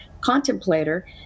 contemplator